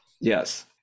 Yes